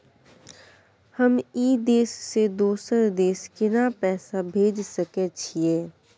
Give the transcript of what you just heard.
हम ई देश से दोसर देश केना पैसा भेज सके छिए?